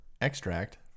Extract